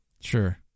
Sure